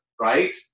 right